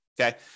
Okay